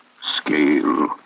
scale